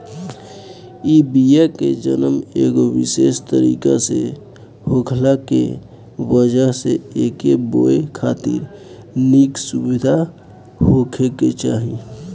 इ बिया के जनम एगो विशेष तरीका से होखला के वजह से एके बोए खातिर निक सुविधा होखे के चाही